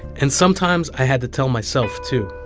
and sometimes, i had to tell myself, too.